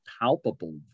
palpable